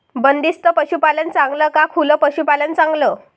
बंदिस्त पशूपालन चांगलं का खुलं पशूपालन चांगलं?